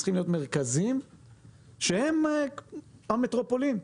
צריכים להיות מרכזים שהם המטרופולין.